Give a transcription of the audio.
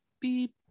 beep